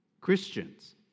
Christians